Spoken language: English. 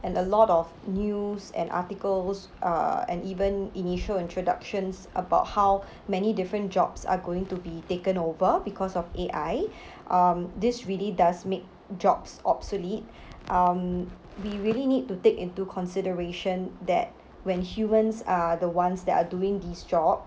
and a lot of news and articles uh and even initial introductions about how many different jobs are going to be taken over because of A_I um this really does make jobs obsolete um we really need to take into consideration that when humans are the ones that are doing these jobs